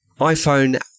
iPhone